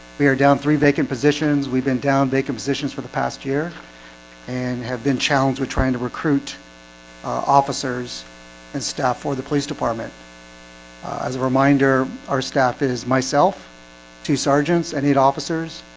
we are down three vacant positions, we've been down vacant positions for the past year and have been challenged with trying to recruit officers and staff for the police department as a reminder our staff is myself two sergeants and eight officers